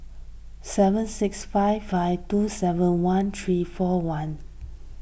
seven six five five two seven one three four one